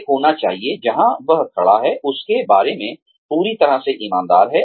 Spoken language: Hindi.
एक होना चाहिए जहां वह खड़ा है उसके बारे में पूरी तरह ईमानदार है